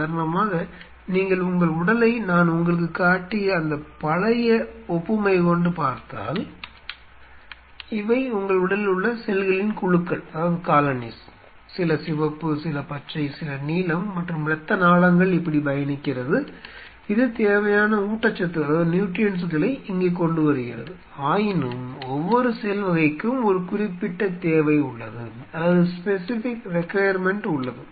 உதாரணமாக நீங்கள் உங்கள் உடலை நான் உங்களுக்கு காட்டிய அந்த பழைய ஒப்புமை கொண்டு பார்த்தால் இவை உங்கள் உடலில் உள்ள செல்களின் குழுக்கள் சில சிவப்பு சில பச்சை சில நீலம் மற்றும் இரத்த நாளங்கள் இப்படி பயணிக்கிறது இது தேவையான ஊட்டச்சத்துக்களை இங்கே கொண்டு வருகிறது ஆயினும் ஒவ்வொரு செல் வகைக்கும் ஒரு குறிப்பிட்ட தேவை உள்ளது